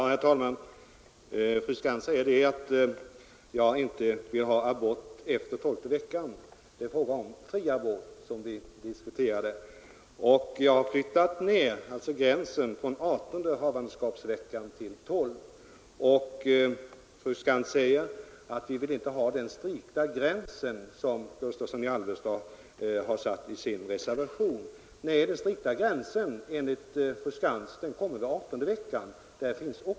Herr talman! Fru Skantz säger att jag inte vill att abort skall beviljas efter tolfte veckan, men vad vi nu diskuterar är frågan om fri abort, och då har jag flyttat ner gränsen från adertonde till tolfte havandeskapsveckan. Vidare sade fru Skantz att man i utskottet inte ville ha den strikta gräns som jag har satt i min reservation. Men, fru Skantz, den strikta gränsen går ju vid adertonde veckan!